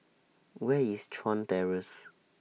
Where IS Chuan Terrace